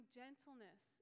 gentleness